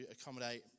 accommodate